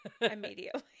immediately